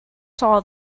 saw